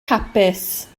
hapus